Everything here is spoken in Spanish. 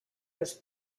los